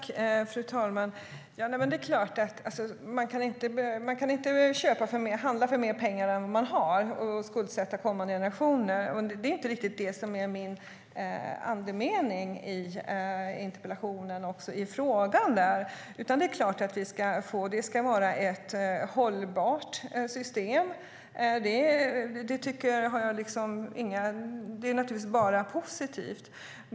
Fru talman! Det är klart att man inte kan handla för mer pengar än man har och skuldsätta kommande generationer. Det är inte riktigt andemeningen i min interpellation och i frågan där. Det är klart att det ska vara ett hållbart system. Det är naturligtvis bara positivt.